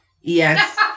Yes